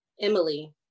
Emily